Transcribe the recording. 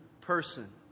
person